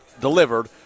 delivered